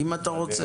אם אתה רוצה.